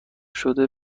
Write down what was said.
شده